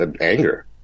anger